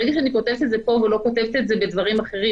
ברגע שאני כותבת את זה פה ולא כותבת את זה בדברים אחרים,